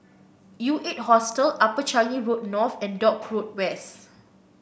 U Eight Hostel Upper Changi Road North and Dock Road West